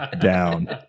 down